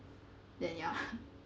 then ya